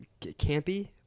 campy